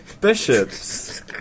bishops